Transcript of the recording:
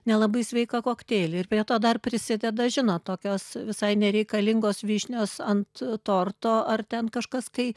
nelabai sveiką kokteilį ir prie to dar prisideda žinot tokios visai nereikalingos vyšnios ant torto ar ten kažkas kai